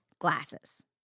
glasses